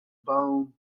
bone